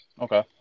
Okay